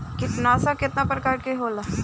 कीटनाशक केतना प्रकार के होला?